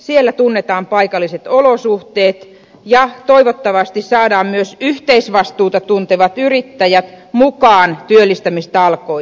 siellä tunnetaan paikalliset olosuhteet ja toivottavasti saadaan myös yhteisvastuuta tuntevat yrittäjät mukaan työllistämistalkoisiin